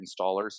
installers